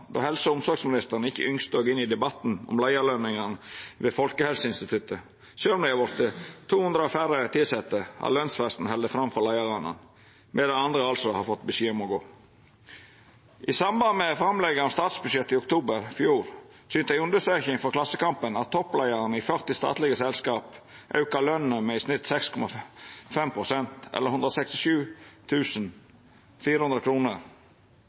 då helse- og omsorgsministeren ikkje ønskte å gå inn i debatten om leiarløningane ved Folkehelseinstituttet. Sjølv om dei hadde vorte 200 færre tilsette, har lønsveksten halde fram for leiarane, medan andre altså har fått beskjed om å gå. I samband med framlegginga av statsbudsjettet i oktober i fjor synte ei undersøking i Klassekampen at toppleiarane i 40 statlege selskap auka løna med i snitt